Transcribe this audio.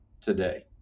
today